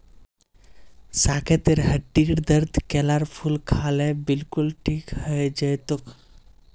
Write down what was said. साकेतेर हड्डीर दर्द केलार फूल खा ल बिलकुल ठीक हइ जै तोक